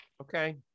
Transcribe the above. Okay